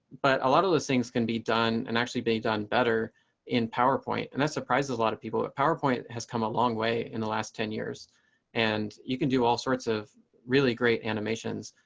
but a lot of these things can be done and actually be done better in powerpoint, and that surprises a lot of people that powerpoint has come a long way in the last ten years and you can do all sorts of really great animations.